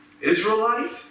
Israelite